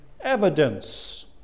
evidence